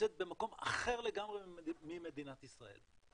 שנמצאת במקום אחר לגמרי ממדינת ישראל,